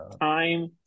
time